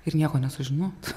ir nieko nesužinot